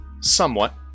somewhat